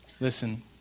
Listen